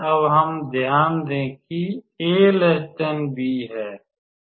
अब हम ध्यान दें कि 𝑎 𝑏